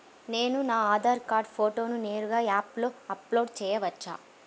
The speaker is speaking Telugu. నేను నా ఆధార్ కార్డ్ ఫోటోను నేరుగా యాప్లో అప్లోడ్ చేయవచ్చా?